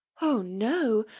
oh no,